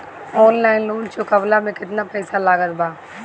Online loan चुकवले मे केतना पईसा लागत बा?